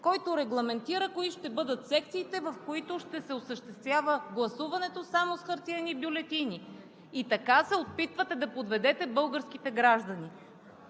който регламентира кои ще бъдат секциите, в които ще се осъществява гласуването само с хартиени бюлетини. Така се опитвате да подведете българските граждани.